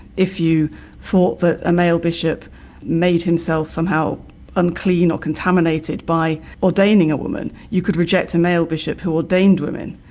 if you thought that a male bishop made himself somehow unclean or contaminated by ordaining a woman, you could reject a male bishop who ordained women.